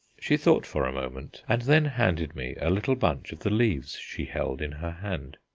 she thought for a moment, and then handed me a little bunch of the leaves she held in her hand.